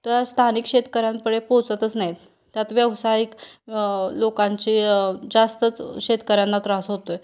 तर स्थानिक शेतकऱ्यांकडे पोचतच नाही आहेत त्यात व्यावसायिक लोकांची जास्तच शेतकऱ्यांना त्रास होतो आहे